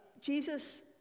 Jesus